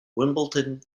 wimbledon